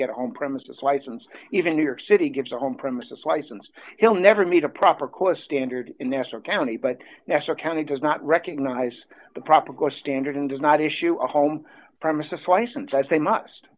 get home premises license even new york city gets a home premises license he'll never meet a proper course standard in national county but national county does not recognize the proper course standard and does not issue a home premises license i say must